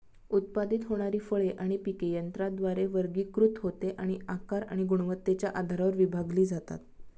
उत्पादित होणारी फळे आणि पिके यंत्राद्वारे वर्गीकृत होते आणि आकार आणि गुणवत्तेच्या आधारावर विभागली जातात